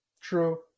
True